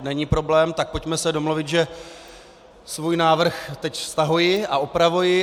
Není problém, pojďme se domluvit, že svůj návrh teď stahuji a opravuji.